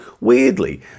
weirdly